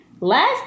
last